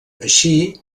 així